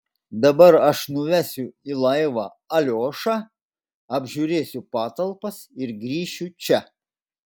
dabar aš nuvesiu į laivą aliošą apžiūrėsiu patalpas ir grįšiu čia